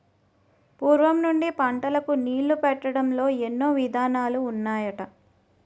పూర్వం నుండి పంటలకు నీళ్ళు పెట్టడంలో ఎన్నో విధానాలు ఉన్నాయట